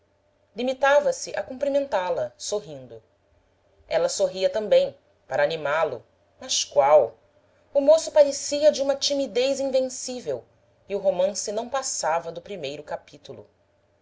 limitava-se a cumprimentá-la sorrindo ela sorria também para animá-lo mas qual o moço parecia de uma timidez invencível e o romance não passava do primeiro capítulo